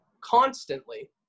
constantly